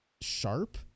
sharp